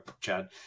Chad